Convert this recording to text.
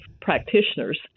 practitioners